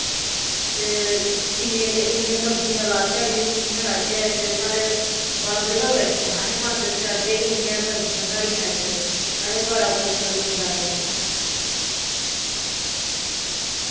ते इन्नियां सब्जियां लाच्चै बी कियां लाच्चै साढ़ै बांदर बै बड़े नै असें बांदर शडदे गै निं हैन सब्जियां साढ़ियां इत्त असैं बड़ा मुशकल पौंदा ऐ